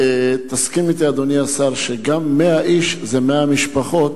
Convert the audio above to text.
תסכים אתי, אדוני השר, שגם 100 איש זה 100 משפחות,